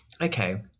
Okay